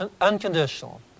unconditional